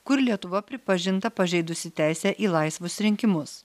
kur lietuva pripažinta pažeidusi teisę į laisvus rinkimus